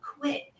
quit